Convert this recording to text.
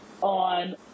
on